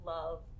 love